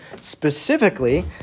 specifically